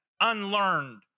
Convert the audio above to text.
unlearned